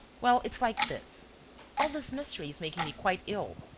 well, it's like this all this mystery is making me quite ill.